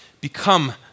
Become